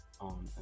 on